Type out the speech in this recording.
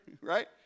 right